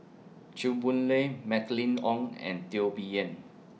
Chew Boon Lay Mylene Ong and Teo Bee Yen